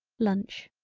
lunch.